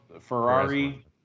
Ferrari